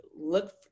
look